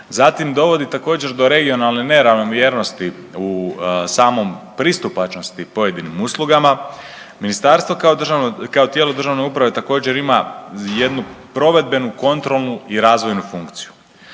Zatim dovodi također do regionalne neravnomjernosti u samom pristupačnosti pojedinim uslugama. Ministarstvo kao tijelo državne uprave također ima jednu provedbenu, kontrolnu i razvojnu funkciju.